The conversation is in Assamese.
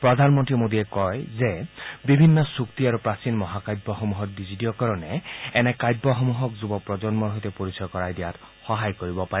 প্ৰধানমন্তী মোদীয়ে কয় যে বিভিন্ন চুক্তি আৰু প্ৰাচীন মহাকাব্যসমূহৰ ডিজিটীয়কৰণে এনে কাব্যসমূহক যুৱ প্ৰজন্মৰ সৈতে পৰিচয় কৰায় দিয়াত সহায় কৰিব পাৰে